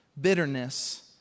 bitterness